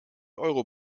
euro